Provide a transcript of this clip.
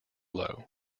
low